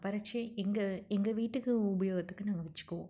பறித்து எங்கள் எங்கள் வீட்டுக்கு உபயோகத்துக்கு நாங்கள் வச்சுக்குவோம்